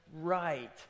right